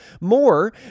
more